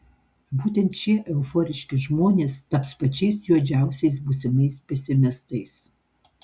būtent šie euforiški žmonės taps pačiais juodžiausiais būsimais pesimistais